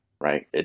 Right